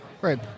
Great